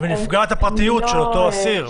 ונפגעת הפרטיות של אותו אסיר,